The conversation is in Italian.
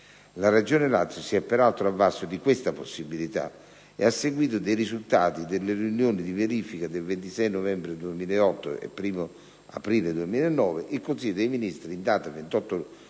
La Regione Lazio si è, peraltro, avvalsa di questa possibilità e a seguito dei risultati delle riunioni di verifica del 26 novembre 2008 e 1° aprile 2009, il Consiglio dei ministri, in data 28 novembre